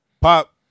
Pop